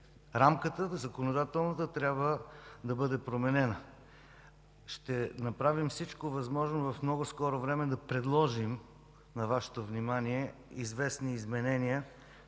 населението. Законодателната рамка трябва да бъде променена. Ще направим всичко възможно в много скоро време да предложим на Вашето внимание известни изменения,